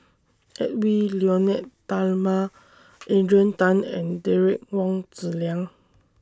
Edwy Lyonet Talma Adrian Tan and Derek Wong Zi Liang